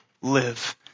live